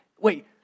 wait